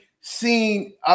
seen